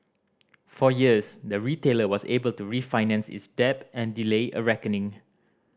for years the retailer was able to refinance its debt and delay a reckoning